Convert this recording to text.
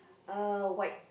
uh white